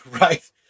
right